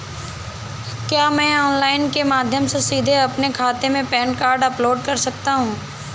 क्या मैं ऑनलाइन के माध्यम से सीधे अपने खाते में पैन कार्ड अपलोड कर सकता हूँ?